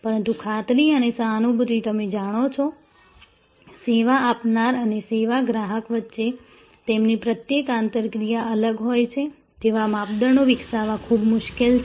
પરંતુ ખાતરી અને સહાનુભૂતિ તમે જાણો છો સેવા આપનાર અને સેવા ગ્રાહક વચ્ચે તેમની પ્રત્યેક આંતરક્રીયા અલગ હોય છે તેવા માપદંડો વિકસાવવા ખૂબ મુશ્કેલ છે